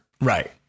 Right